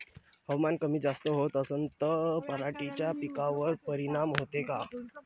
हवामान कमी जास्त होत असन त पराटीच्या पिकावर परिनाम होते का?